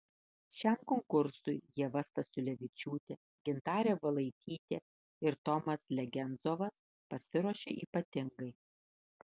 šiam konkursui ieva stasiulevičiūtė gintarė valaitytė ir tomas legenzovas pasiruošė ypatingai